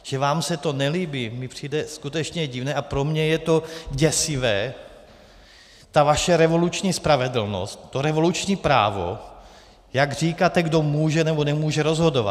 Že vám se to nelíbí, mi přijde skutečně divné a pro mě je to děsivé, ta vaše revoluční spravedlnost, to revoluční právo, jak říkáte, kdo může, nebo nemůže rozhodovat!